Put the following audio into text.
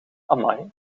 amai